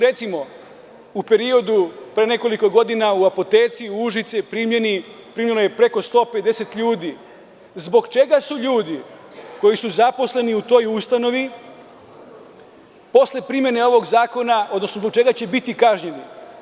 Recimo, u periodu pre nekoliko godina u apoteci u Užicu primljeno je preko 150 ljudi, zbog čega su ljudi koji su zaposleni u toj ustanovi, posle primene ovog zakona, odnosno zbog čega će biti kažnjeni.